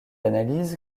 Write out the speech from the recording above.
analyse